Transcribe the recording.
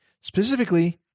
specifically